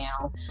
now